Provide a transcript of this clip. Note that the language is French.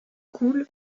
coule